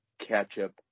ketchup